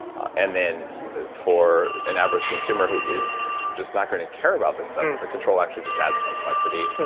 and then for an average consumer, who is just not going to care about this stuff, the control actually just adds complexity.